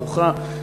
ברוכה,